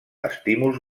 estímuls